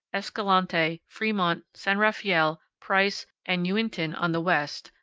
escalante, fremont, san rafael, price, and uinta on the west,